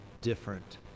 different